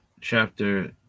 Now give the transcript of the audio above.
chapter